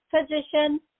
position